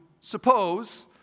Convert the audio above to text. suppose